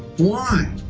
why?